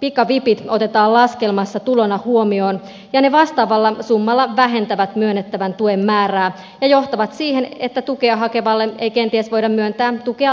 pikavipit otetaan laskelmassa tulona huomioon ja ne vastaavalla summalla vähentävät myönnettävän tuen määrää ja johtavat siihen että tukea hakevalle ei kenties voida myöntää tukea lainkaan